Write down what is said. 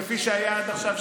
כפי שהיה עד עכשיו,